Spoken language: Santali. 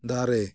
ᱫᱟᱨᱮ